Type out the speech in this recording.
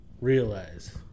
realize